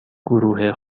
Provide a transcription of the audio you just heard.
گروه